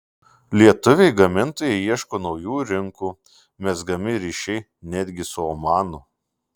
lietuviai gamintojai ieško naujų rinkų mezgami ryšiai netgi su omanu